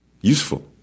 useful